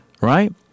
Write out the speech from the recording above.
right